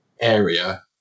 area